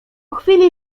chwili